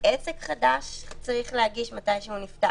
עסק חדש צריך להגיש מתי הוא נפתח.